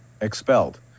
expelled